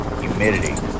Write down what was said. humidity